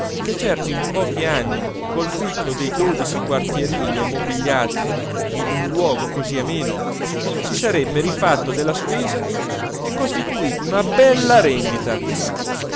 che certo in pochi anni col fitto dei dodici quartierini ammobigliati in un luogo così ameno si sarebbe rifatto della spesa e costituito una bella rendita